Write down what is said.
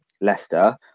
Leicester